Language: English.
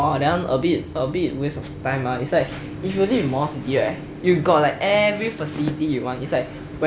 oh that one a bit a bit waste of time ah it's like if you live in modern city right you got like every facility you want it's like